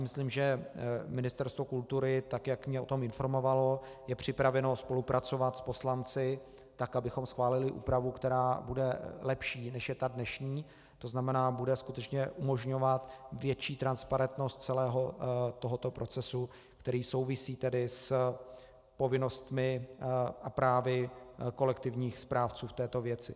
Myslím, že Ministerstvo kultury, tak jak mě o tom informovalo, je připraveno spolupracovat s poslanci tak, abychom schválili úpravu, která bude lepší, než je ta dnešní, tzn. bude skutečně umožňovat větší transparentnost celého tohoto procesu, který souvisí s povinnostmi a právy kolektivních správců v této věci.